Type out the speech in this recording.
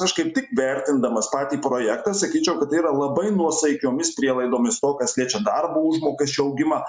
aš kaip tik vertindamas patį projektą sakyčiau kad tai yra labai nuosaikiomis prielaidomis to kas liečia darbo užmokesčio augimą